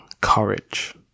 courage